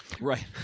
Right